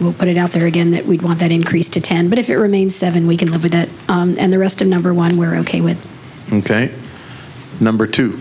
we'll put it out there again that we want that increase to ten but if it remains seven we can live with that and the rest in number one we're ok with ok number two